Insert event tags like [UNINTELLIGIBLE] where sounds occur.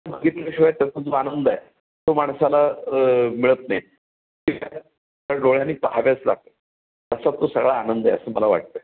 बघितल्याशिवाय त्याचा जो आनंद आहे तो माणसाला मिळत नाही [UNINTELLIGIBLE] डोळ्याने पहाव्याच लाग असा तो सगळा आनंद आहे असं मला वाटत आहे